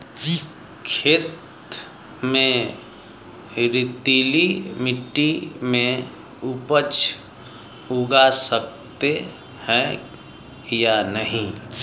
खेत में रेतीली मिटी में उपज उगा सकते हैं या नहीं?